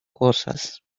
cosas